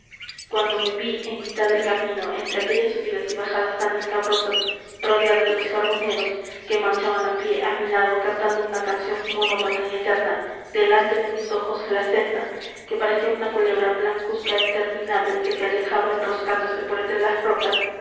cuando me vi en mitad del camino entre aquellas subidas y bajadas tan escabrosas rodeado de los carboneros que marchaban á pie á mi lado cantando una canción monótona y eterna delante de mis ojos la senda que parecía una culebra blancuzca é interminable que se alejaba enroscándose por entre las rocas